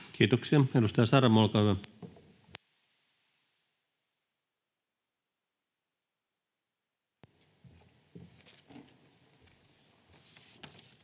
Kiitoksia. — Edustaja Saramo, olkaa hyvä.